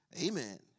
Amen